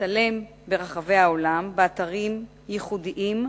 מצלם ברחבי העולם באתרים ייחודיים,